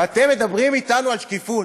ואתם מדברים אתנו על שקיפות.